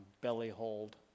belly-hold